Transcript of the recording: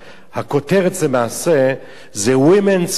הכותרת למעשה זה: Women's Rights